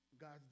God's